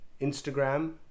Instagram